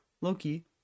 Loki